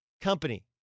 Company